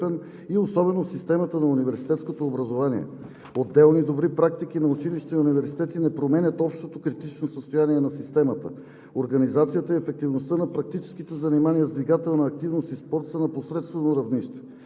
и особено в системата на университетското образование. Отделни добри практики на училища и университети не променят общото критично състояние на системата. Организацията и ефективността на практическите занимания с двигателна активност и спорт са на посредствено равнище.